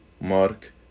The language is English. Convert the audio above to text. mark